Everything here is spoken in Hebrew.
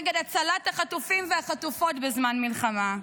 נגד הצלת החטופים והחטופות בזמן מלחמה.